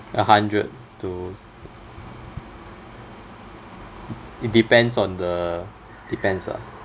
a hundred to it depends on the depends lah